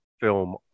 film